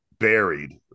buried